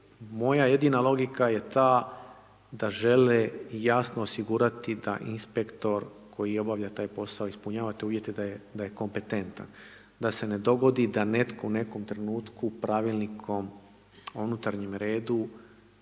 moja jedina logika je ta da žele jasno osigurati da inspektor koji obavlja taj posao ispunjava te uvjete, da je kompetentan, a se ne dogodi da netko u nekom trenutku pravilnikom o unutarnjem redu